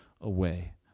away